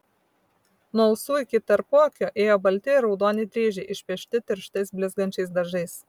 nuo ausų iki tarpuakio ėjo balti ir raudoni dryžiai išpiešti tirštais blizgančiais dažais